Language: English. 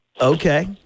Okay